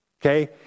Okay